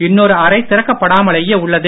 இன்னொரு அறை திறக்கப்படாமலேயே உள்ளது